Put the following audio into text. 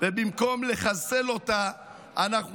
ובמקום לחסל אותה אנחנו